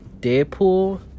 Deadpool